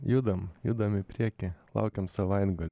judam judam į priekį laukiam savaitgal